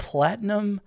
Platinum